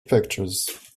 pictures